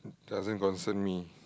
doesn't concern me